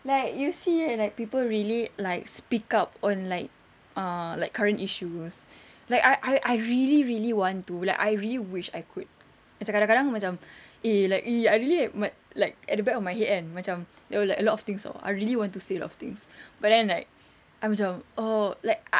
like you see when like people really like speak up on like uh like current issues like I I really really want to like I really wish I could macam kadang-kadang macam eh like !ee! I really like like at the back of my head kan macam there were like a lot of things [tau] I really want to say a lot of things but then like I macam oh like uh